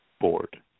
Board